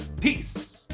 Peace